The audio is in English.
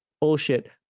bullshit